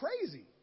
crazy